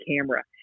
camera